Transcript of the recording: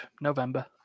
November